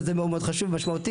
וזה מאוד מאוד חשוב ומשמעותי.